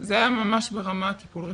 זה היה ממש ברמת טיפול רפואי.